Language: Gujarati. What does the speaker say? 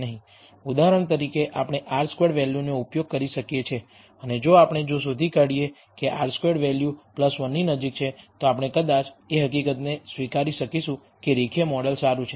ઉદાહરણ તરીકે આપણે r સ્ક્વેર્ડ વેલ્યુનો ઉપયોગ કરી શકીએ છીએ અને જો આપણે જો શોધી કાઢીએ કે r સ્ક્વેર્ડ વેલ્યુ 1 ની નજીક છે તો આપણે કદાચ એ હકીકતને સ્વીકારી શકીશું કે રેખીય મોડેલ સારું છે